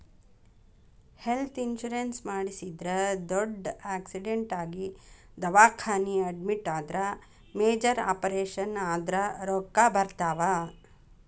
health insurance ಮಾಡಿಸಿದ್ರ ದೊಡ್ಡ್ accident ಆಗಿ ದವಾಖಾನಿ ಅಡ್ಮಿಟ್ ಆದ್ರ ಮೇಜರ್ ಆಪರೇಷನ್ ಆದ್ರ ರೊಕ್ಕಾ ಬರ್ತಾವ